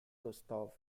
gustav